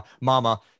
Mama